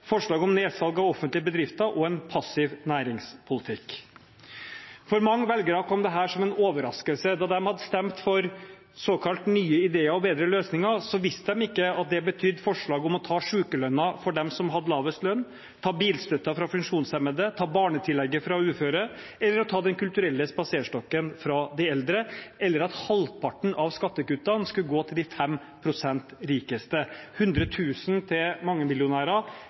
forslag om nedsalg av offentlige bedrifter og en passiv næringspolitikk. For mange velgere kom dette som en overraskelse. Da de hadde stemt for såkalte nye ideer og bedre løsninger, visste de ikke at det betydde forslag om å ta sykelønnen fra dem som hadde lavest lønn, ta bilstøtten fra funksjonshemmede, ta barnetillegget fra uføre eller å ta Den kulturelle spaserstokken fra de eldre, eller at halvparten av skattekuttene skulle gå til de 5 pst. rikeste – hundretusener til